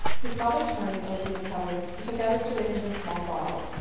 his father turned and opened the cupboard. he took out a syringe and a small bottle.